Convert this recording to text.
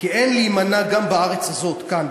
כי אין להימנע גם בארץ הזאת" כאן,